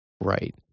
right